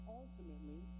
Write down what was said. ultimately